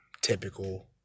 typical